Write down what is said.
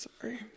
sorry